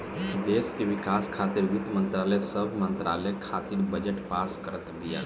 देस के विकास खातिर वित्त मंत्रालय सब मंत्रालय खातिर बजट पास करत बिया